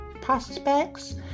prospects